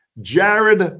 Jared